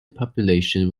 population